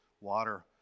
Water